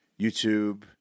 YouTube